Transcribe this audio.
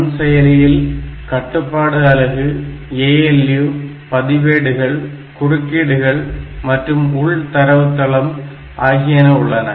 நுண் செயலியில் கட்டுப்பாடு அலகு ALU பதிவேடுகள் குறுக்கீடுகள் மற்றும் உள் தரவுத்தளம் ஆகியன உள்ளன